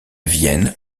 vienne